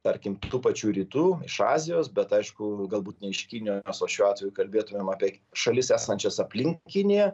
tarkim tų pačių rytų iš azijos bet aišku galbūt ne iš kinijos o šiuo atveju kalbėtumėm apie šalis esančias aplink kiniją